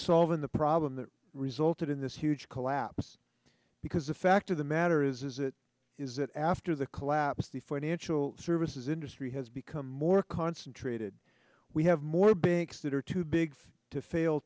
solving the problem that resulted in this huge collapse because the fact of the matter is is it is that after the collapse the financial services industry has become more concentrated we have more banks that are too big to fail